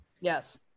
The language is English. Yes